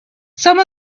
some